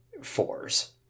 fours